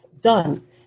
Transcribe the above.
Done